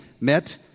met